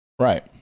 right